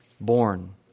born